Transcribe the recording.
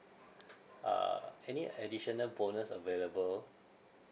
uh any additional bonus available